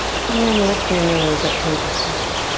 and then lift your nose up towards the sky.